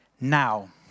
now